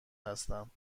هستم